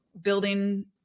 building